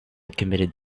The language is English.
committed